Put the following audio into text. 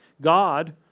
God